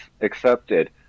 accepted